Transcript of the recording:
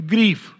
Grief